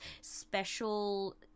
special